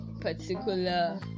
particular